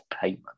payment